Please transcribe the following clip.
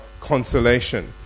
consolation